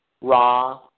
raw